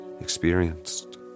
experienced